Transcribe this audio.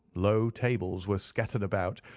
low tables were scattered about,